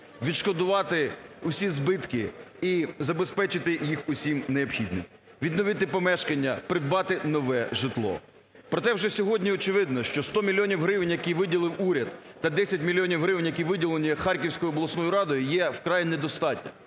відшкодувати усі збитки і забезпечити їх усім необхідним: відновити помешкання, придбати нове житло. Проте вже сьогодні очевидно, що сто мільйонів гривень, які виділив уряд, та десять мільйонів гривень, які виділені Харківською обласною радою, є вкрай недостатньо.